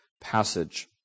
passage